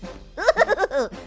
ooh,